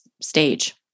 stage